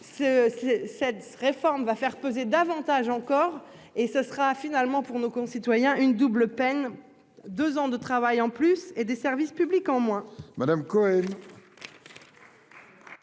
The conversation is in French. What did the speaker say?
cette réforme va faire peser davantage encore et ce sera finalement pour nos concitoyens. Une double peine. 2 ans de travail en plus et des services publics en moins.